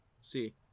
see